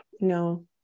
No